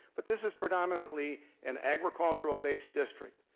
but this is predominantly an agricultural-based district.